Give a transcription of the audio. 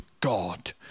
God